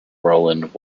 roland